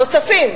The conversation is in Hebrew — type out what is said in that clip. נוספים,